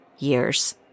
years